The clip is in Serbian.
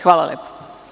Hvala lepo.